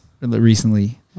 recently